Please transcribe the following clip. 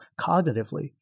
cognitively